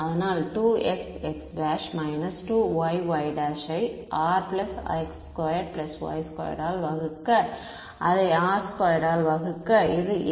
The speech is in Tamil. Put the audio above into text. அதனால் 2xx′−2yy′ யை Rx2y2 ஆல் வகுக்க அதை R2ஆல் வகுக்க அது a